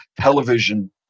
television